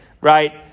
right